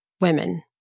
women